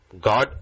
God